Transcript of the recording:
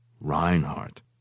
Reinhardt